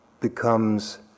becomes